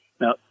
Now